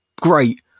great